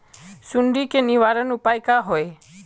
सुंडी के निवारण उपाय का होए?